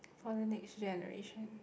for the next generation